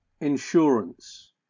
insurance